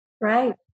Right